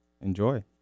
Enjoy